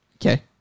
Okay